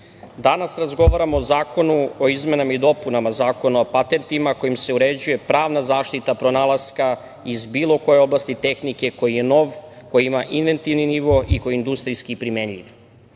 danas razgovaramo o Zakonu o izmenama i dopunama Zakona o patentima kojim se uređuje pravna zaštita pronalaska iz bilo koje oblasti tehnike koji je nov, koji ima inventivni nivo i koji je industrijski primenljiv. Prema